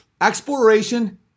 Exploration